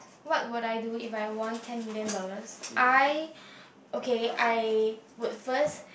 what would I do if I won ten million dollars I okay I would first